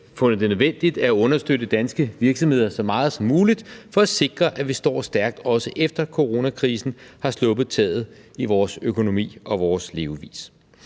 fundet det nødvendigt at understøtte danske virksomheder så meget som muligt for at sikre, at vi står stærkt, også efter at coronakrisen har sluppet taget i vores økonomi og vores levevis.